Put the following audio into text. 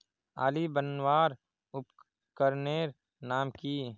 आली बनवार उपकरनेर नाम की?